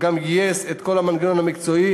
וגם גייס את כל המנגנון המקצועי,